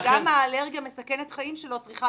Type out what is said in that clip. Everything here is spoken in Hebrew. גם האלרגיה מסכנת החיים שלו צריכה